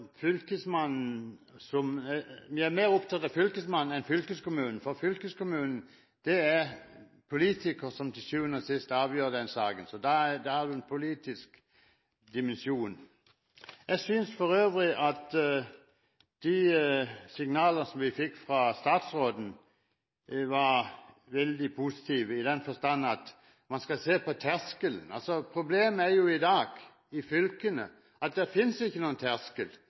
fylkesmannen enn fylkeskommunen, for i fylkeskommunen er det politikere som til syvende og sist avgjør saken, så da er det en politisk dimensjon. Jeg synes for øvrig at de signalene vi fikk fra statsråden, var veldig positive i den forstand at man skal se på terskelen. Problemet i fylkene i dag er jo at det ikke finnes noen terskel.